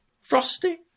frosty